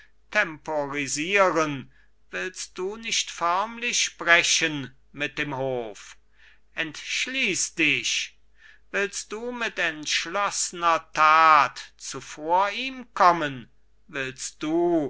temporisieren willst du nicht förmlich brechen mit dem hof entschließ dich willst du mit entschloßner tat zuvor ihm kommen willst du